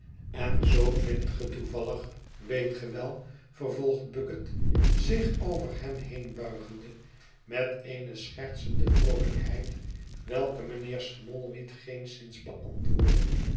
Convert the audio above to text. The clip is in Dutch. en zoo vindt ge toevallig weet ge wel vervolgt bucket zich over hem heen buigende met eene schertsende vroolijkheid welke mijnheer smallweed geenszins beantwoordde